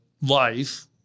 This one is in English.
life